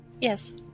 Yes